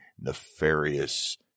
nefarious